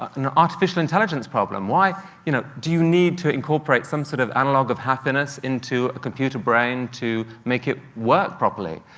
an artificial intelligence problem you know do you need to incorporate some sort of analog of happiness into a computer brain to make it work properly?